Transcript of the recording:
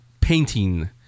painting